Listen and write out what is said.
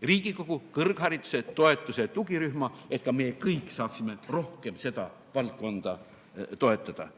Riigikogu kõrghariduse toetuse tugirühma, et me kõik saaksime rohkem seda valdkonda toetada.